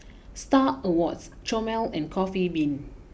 Star Awards Chomel and Coffee Bean